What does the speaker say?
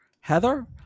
heather